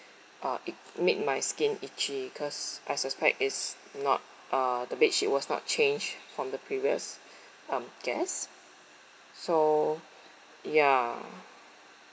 uh it made my skin itchy cause I suspect is not uh the bedsheet was not changed from the previous um guest so ya